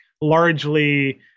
largely